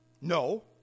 No